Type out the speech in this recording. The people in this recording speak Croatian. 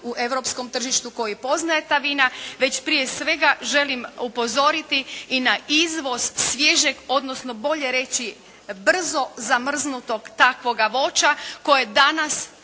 u europskom tržištu koji poznaje ta vina, već prije svega želim upozoriti i na izvoz svježeg, odnosno bolje reći brzo zamrznutog takvoga voća koje danas